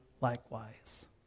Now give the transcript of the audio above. likewise